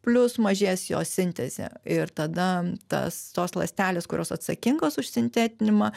plius mažės jo sintezė ir tada tas tos ląstelės kurios atsakingos už sintetinimą